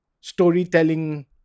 storytelling